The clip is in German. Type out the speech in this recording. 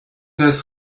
das